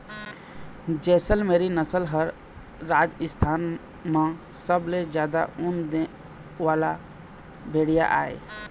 जैसलमेरी नसल ह राजस्थान म सबले जादा ऊन दे वाला भेड़िया आय